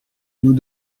nous